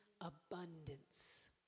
abundance